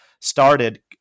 started